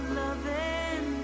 loving